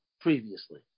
previously